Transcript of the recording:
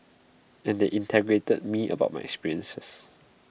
and then they interrogated me about my experience